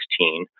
2016